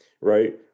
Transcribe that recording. right